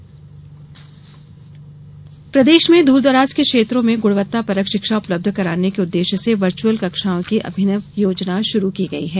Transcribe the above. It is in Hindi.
वर्चुअल क्लास प्रदेश में दूरदराज के क्षेत्रों में गुणवत्तापरक शिक्षा उपलब्ध कराने के उद्वेश्य से वर्चुअल कक्षाएं की अभिनव योजना शुरू की गई है